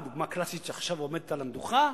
דוגמה קלאסית שעכשיו עומדת על המדוכה.